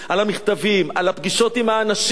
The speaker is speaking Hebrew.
על המכתבים, על הפגישות עם האנשים.